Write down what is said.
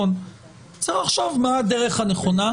צריך לחשוב מה הדרך הנכונה.